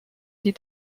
die